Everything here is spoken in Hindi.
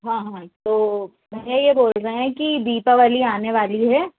हाँ हाँ तो मैंने ये बोलना है कि दीपावली आने वाली है